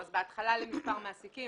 אז בהתחלה למספר מעסיקים,